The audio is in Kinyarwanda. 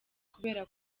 kubera